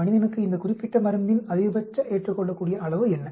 மனிதனுக்கு இந்த குறிப்பிட்ட மருந்தின் அதிகபட்ச ஏற்றுக்கொள்ளக்கூடிய அளவு என்ன